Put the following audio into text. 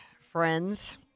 friends